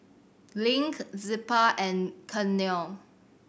Link Zilpah and Vernell